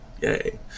yay